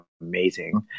amazing